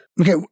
Okay